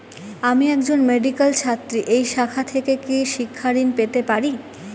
আমি একজন মেডিক্যাল ছাত্রী এই শাখা থেকে কি শিক্ষাঋণ পেতে পারি?